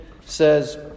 says